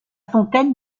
fontaine